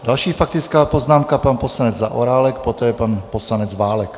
Další faktická poznámka pan poslanec Zaorálek, poté pan poslanec Válek.